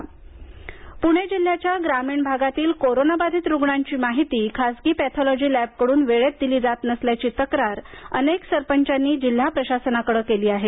pathology lab Pune जिल्ह्याच्या ग्रामीण भागातील कोरोनाबाधित रुग्णांची माहिती खासगी पॅथॉलॉजी लॅबकडून वेळेत दिली जात नसल्याची तक्रार विविध सरपंचानी जिल्हा प्रशासनाकडे केली आहे